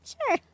Sure